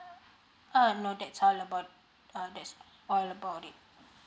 uh no that's all about err that's all about it